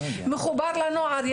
מחובר לנוער,